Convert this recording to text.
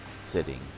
sitting